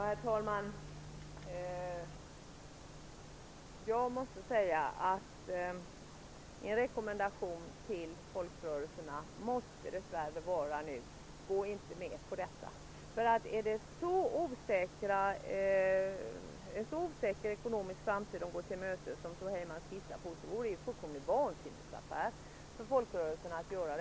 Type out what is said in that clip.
Herr talman! En rekommendation till folkrörelserna måste nu dess värre vara: Gå inte med på detta! Är det en så osäker ekonomisk framtid de går till mötes, som Tom Heyman skisserar, vore detta en fullkomlig vansinnesaffär för folkrörelserna.